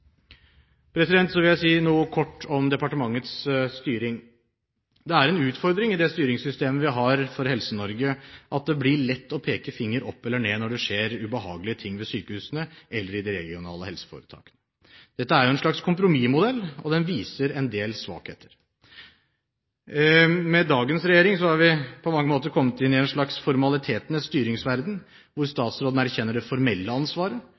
Så vil jeg si noe kort om departementets styring. Det er en utfordring i det styringssystemet vi har for Helse-Norge, at det blir lett å peke finger opp eller ned når det skjer ubehagelige ting ved sykehusene eller i de regionale helseforetakene. Dette er jo en slags kompromissmodell, og den viser en del svakheter. Med dagens regjering er vi på mange måter kommet inn i en slags formalitetenes styringsverden, hvor statsråden erkjenner det formelle ansvaret,